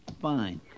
fine